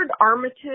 Armitage